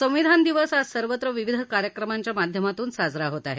संविधान दिवस आज सर्वत्र विविध कार्यक्रमांच्या माध्यमातून साजरा होत आहे